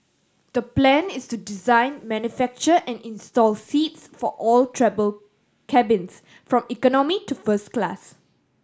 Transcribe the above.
the plan is to design manufacture and install seats for all travel cabins from economy to first class